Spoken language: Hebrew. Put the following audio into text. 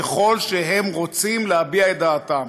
ככל שהם רוצים להביע את דעתם.